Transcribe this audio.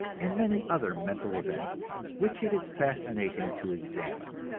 and many other mental events which it is fascinating to examine.